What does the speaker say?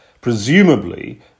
presumably